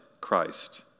Christ